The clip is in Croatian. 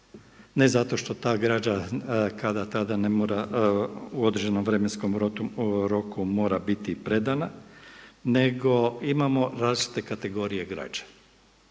tada ne mora u određenom vremenskom roku mora biti predana, nego imamo različite kategorije građe.